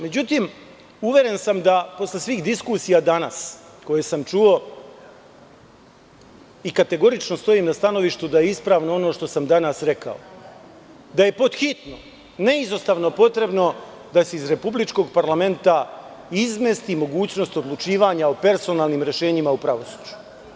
Međutim, uveren sam da posle svih diskusija danas koje sam čuo i kategorično stojim na stanovištu da je ispravno ono što sam danas rekao, da je pothitno neizostavno potrebno da se iz republičkog parlamenta izmesti mogućnost odlučivanja o personalnim rešenjima u pravosuđu.